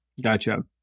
Gotcha